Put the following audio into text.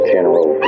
General